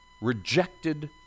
rejected